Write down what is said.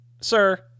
sir